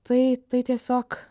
tai tai tiesiog